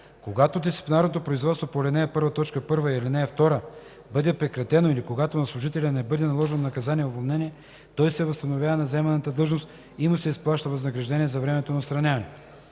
Когато дисциплинарното производство по ал. 1, т. 1 и ал. 2 бъде прекратено или когато на служителя не бъде наложено наказание „уволнение”, той се възстановява на заеманата длъжност и му се изплаща възнаграждението за времето на отстраняване.”